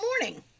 morning